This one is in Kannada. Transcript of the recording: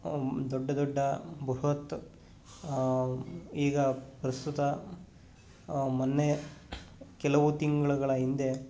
ದೊಡ್ಡ ದೊಡ್ಡ ಬೃಹತ್ ಈಗ ಪ್ರಸ್ತುತ ಮೊನ್ನೆ ಕೆಲವು ತಿಂಗಳುಗಳ ಹಿಂದೆ